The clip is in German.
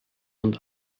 und